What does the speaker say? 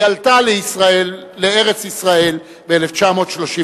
היא עלתה לארץ ישראל ב-1933.